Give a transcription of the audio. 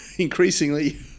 Increasingly